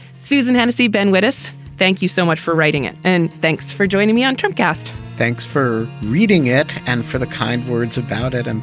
susan hennessey, ben whittis, thank you so much for writing it and thanks for joining me on trump guest thanks for reading it. and for the kind words about it. and